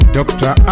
Doctor